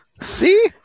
See